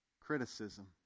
criticism